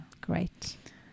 Great